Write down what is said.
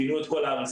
פינו את כל ההריסות,